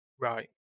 Right